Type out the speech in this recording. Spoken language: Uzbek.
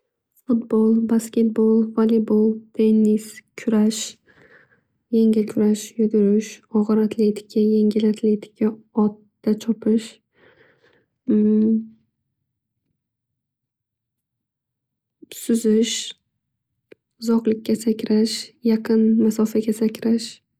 Futbol, basketbol, valyebol, tennis, kurash, yengil kurash, yugurish, og'ir atletika yengil atletika, otda chopish, suzish, uzoqlikka sakrash, yaqin masofaga sakrash.